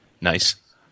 Nice